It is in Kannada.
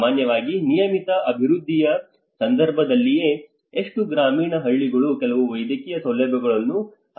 ಸಾಮಾನ್ಯವಾಗಿ ನಿಯಮಿತ ಅಭಿವೃದ್ಧಿಯ ಸಂದರ್ಭದಲ್ಲಿಯೇ ಎಷ್ಟು ಗ್ರಾಮೀಣ ಹಳ್ಳಿಗಳು ಕೆಲವು ವೈದ್ಯಕೀಯ ಸೌಲಭ್ಯಗಳನ್ನು ಅಥವಾ ಉತ್ತಮ ವೃತ್ತಿಪರರನ್ನು ಹೊಂದಿವೆ